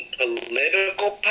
political